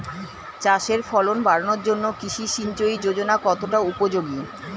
চাষের ফলন বাড়ানোর জন্য কৃষি সিঞ্চয়ী যোজনা কতটা উপযোগী?